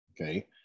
okay